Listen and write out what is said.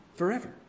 forever